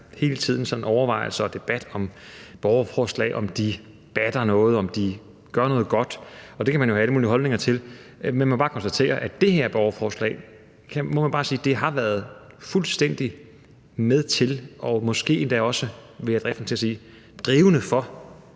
hele tiden er sådan overvejelse og debat om, om borgerforslag batter noget, om de gør noget godt, og det kan man jo have alle mulige holdninger til. Men man må bare konstatere, at det her borgerforslag fuldstændig har været med til – og måske endda også, kunne jeg fristes til at sige, drivende for